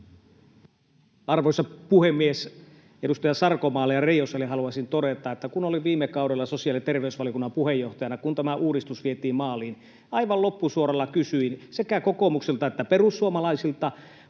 Arvoisa puhemies! Edustaja Sarkomaalle ja Reijoselle haluaisin todeta, että kun olin viime kaudella sosiaali- ja terveysvaliokunnan puheenjohtajana, kun tämä uudistus vietiin maaliin, niin aivan loppusuoralla kysyin sekä kokoomukselta että perussuomalaisilta,